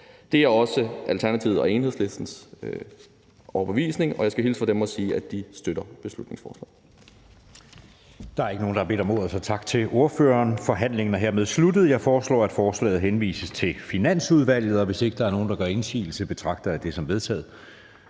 Det er også Alternativets og Enhedslistens overbevisning, og jeg skal hilse fra dem og sige, at de støtter beslutningsforslaget.